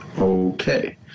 Okay